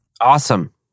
Awesome